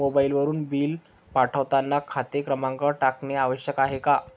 मोबाईलवरून बिल पाठवताना खाते क्रमांक टाकणे आवश्यक आहे का?